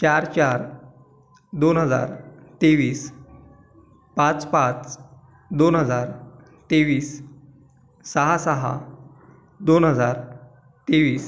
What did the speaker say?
चार चार दोन हजार तेवीस पाच पाच दोन हजार तेवीस सहा सहा दोन हजार तेवीस